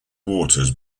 waters